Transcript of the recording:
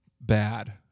bad